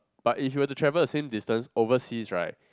but if you were to travel the same distance overseas right